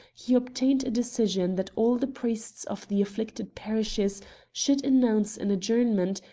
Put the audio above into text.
he obtained a decision that all the priests of the afflicted parishes should announce an adjournment,